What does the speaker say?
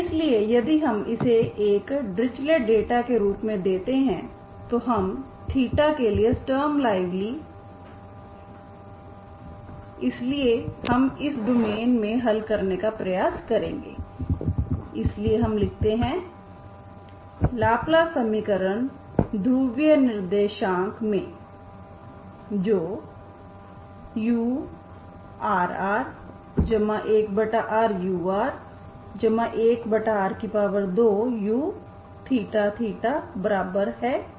इसलिए यदि हम इसे एक डाइरिचलेट डेटा के रूप में देते हैं तो हम के लिए स्टर्म ल्यूविल इसलिए हम इस डोमेन में हल करने का प्रयास करेंगे इसलिए हम लिखते हैं लाप्लास समीकरण ध्रुवीय निर्देशांक में जो urr1rur1r2uθθ0 है